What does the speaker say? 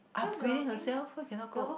upgrade herself why cannot go